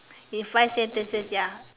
in five sentences ya